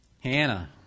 Hannah